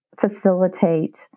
facilitate